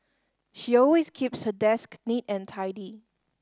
she always keeps her desk neat and tidy